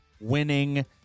winning